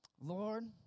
Lord